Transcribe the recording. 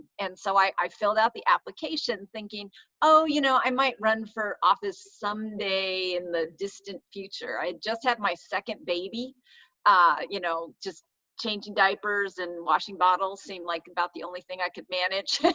and so, i i filled out the application thinking oh, you know, i might run for office someday in the distant future. i just had my second baby ah you know just changing diapers and washing bottles seemed like about the only thing i could manage.